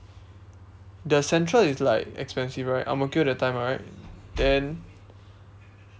the central is like expensive right ang-mo-kio that time right then